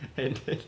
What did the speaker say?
and then